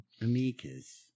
Amicus